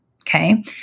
Okay